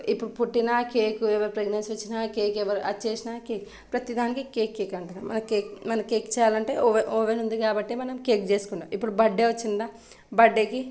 ఇప్పుడు పుట్టినా కేకు ఎవరు ప్రెగ్నెన్సీ వచ్చినా కేక్ ఎవరు అది చేసినా కేక్ ప్రతీ దానికి కేక్ కేక్ అంటుంది మనకి కేక్ మన కేక్ చేయాలంటే ఓవెన్ ఉంది కాబట్టి మనం కేక్ చేసుకుంటాం ఇప్పుడు బర్డే వచ్చిందా బర్డేకి